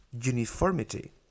uniformity